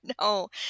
No